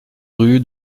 rue